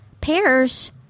Pears